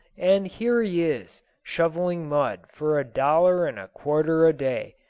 and here he is, shoveling mud for a dollar and a quarter a day,